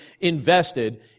invested